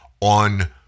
on